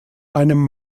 einem